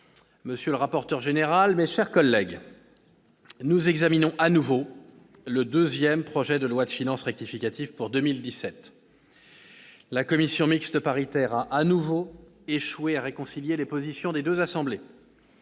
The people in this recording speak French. commission des finances, mes chers collègues, nous examinons à nouveau le second projet de loi de finances rectificative pour 2017. La commission mixte paritaire a de nouveau échoué à réconcilier les positions des deux assemblées.